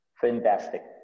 Fantastic